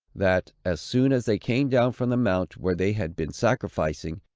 that, as soon as they came down from the mount where they had been sacrificing,